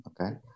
Okay